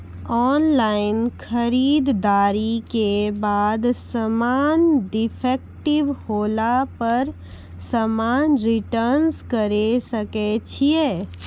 Online खरीददारी के बाद समान डिफेक्टिव होला पर समान रिटर्न्स करे सकय छियै?